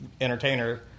entertainer